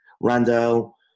Randall